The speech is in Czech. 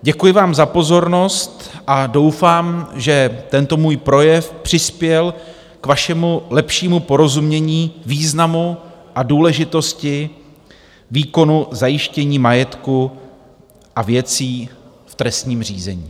Děkuji vám za pozornost a doufám, že tento můj projev přispěl k vašemu lepšímu porozumění významu a důležitosti výkonu zajištění majetku a věcí v trestním řízení.